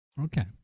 Okay